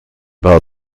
paar